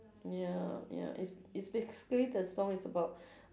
ya ya it's it's basically the song is about